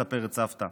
מספרת סבתא,